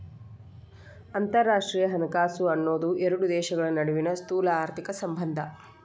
ಅಂತರರಾಷ್ಟ್ರೇಯ ಹಣಕಾಸು ಅನ್ನೋದ್ ಎರಡು ದೇಶಗಳ ನಡುವಿನ್ ಸ್ಥೂಲಆರ್ಥಿಕ ಸಂಬಂಧ